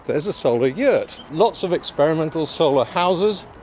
there's a solar yurt. lots of experimental solar houses,